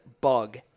bug